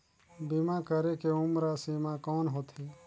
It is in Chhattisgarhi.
बीमा करे के उम्र सीमा कौन होथे?